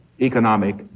economic